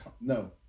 no